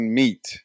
meet